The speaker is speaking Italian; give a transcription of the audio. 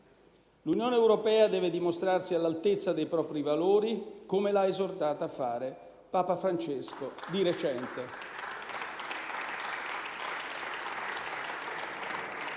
L'Unione europea deve dimostrarsi all'altezza dei propri valori, come l'ha esortata a fare Papa Francesco di recente.